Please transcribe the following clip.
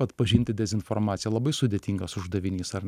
atpažinti dezinformaciją labai sudėtingas uždavinys ar